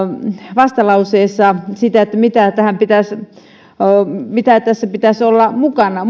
vastalauseessa siitä että mitä muita osia tässä pitäisi olla mukana